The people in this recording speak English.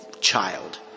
child